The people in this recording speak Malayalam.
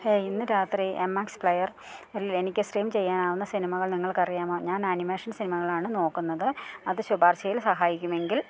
ഹേയ് ഇന്ന് രാത്രി എം എക്സ് പ്ലെയർ ഇൽ എനിക്ക് സ്ട്രീം ചെയ്യാനാവുന്ന സിനിമകൾ നിങ്ങൾക്ക് അറിയാമോ ഞാൻ ആനിമേഷൻ സിനിമകളാണ് നോക്കുന്നത് അത് ശുപാർശയിൽ സഹായിക്കും എങ്കിൽ